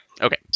Okay